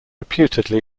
reputedly